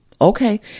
Okay